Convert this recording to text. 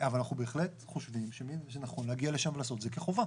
אבל אנחנו בהחלט חושבים שנכון להגיע לשם ולעשות את זה כחובה.